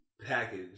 package